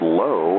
low